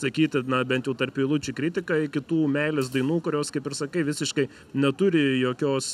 sakyti na bent jau tarp eilučių kritiką iki tų meilės dainų kurios kaip ir sakai visiškai neturi jokios